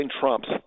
trumps